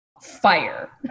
fire